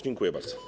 Dziękuję bardzo.